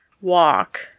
Walk